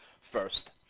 first